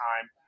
Time